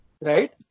Right